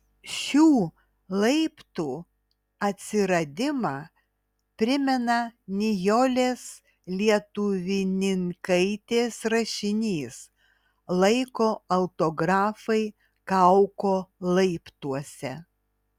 šių laiptų atsiradimą primena nijolės lietuvninkaitės rašinys laiko autografai kauko laiptuose